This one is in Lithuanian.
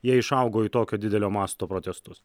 jie išaugo į tokio didelio masto protestus